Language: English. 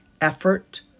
effort